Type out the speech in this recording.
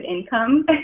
income